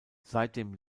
seitdem